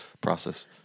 process